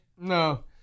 No